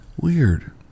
Weird